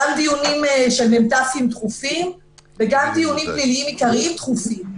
גם דיונים דחופים של מ"ת וגם דיונים פליליים עיקריים דחופים.